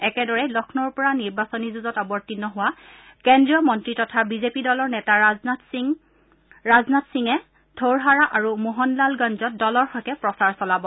একেদৰে লক্ষ্ণৌৰ পৰা নিৰ্বাচনী যুঁজত অৱতীৰ্ণ হোৱা কেন্দ্ৰীয় মন্ত্ৰী তথা বিজেপি দলৰ নেতা ৰাজনাথ সিঙে টৌৰহাৰা আৰু মোহনলালগঞ্জত দলৰ হকে প্ৰচাৰ চলাব